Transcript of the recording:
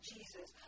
Jesus